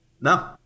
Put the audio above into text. No